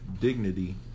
dignity